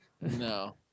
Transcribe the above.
no